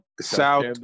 South